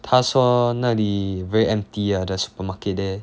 他说那里 very empty ah the supermarket there